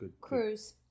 cruise